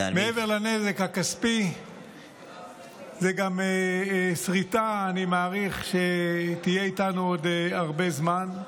מעבר לנזק כספי זו גם סריטה שאני מעריך שתהיה איתנו עוד הרבה זמן.